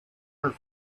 her